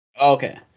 okay